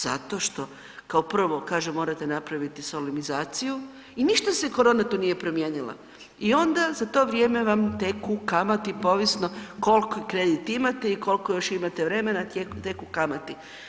Zato što kao prvo kaže morate napraviti solemnizaciju i ništa se korona tu nije promijenila i onda za to vrijeme vam teku kamati pa ovisno koliki kredit imate i koliko još imate vremena teku kamati.